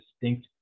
distinct